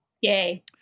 Yay